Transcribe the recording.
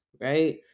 right